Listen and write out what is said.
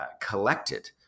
collected